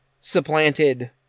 supplanted